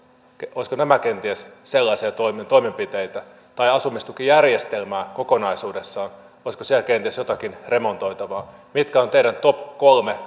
olisivatko nämä kenties sellaisia toimenpiteitä tai asumistukijärjestelmä kokonaisuudessaan olisiko siellä kenties jotakin remontoitavaa mitkä ovat teidän top kolme